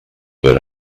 were